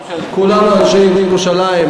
כולנו אנשי ירושלים.